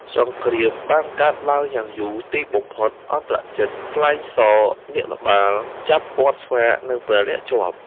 សង្គ្រាមបានកើតឡើងយ៉ាងយូរ ទីបំផុតឥន្ទ្រជិត ថ្លែងសរនាគបាល ចាប់ទ័ពស្វានិងព្រះលក្សណ៍ជាប់។